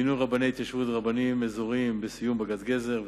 מינוי רבני ההתיישבות ורבנים אזוריים בסיום בג"ץ גזר.